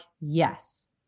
yes